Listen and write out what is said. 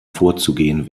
vorzugehen